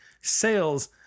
sales